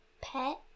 pet